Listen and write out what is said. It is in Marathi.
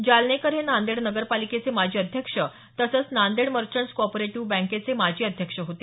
जालनेकर हे नांदेड नगरपालिकेचे माजी अध्यक्ष तसंच नांदेड मंर्चट्स को ऑपरेटीव्ह बँकेचे माजी अध्यक्ष होते